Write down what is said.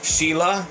Sheila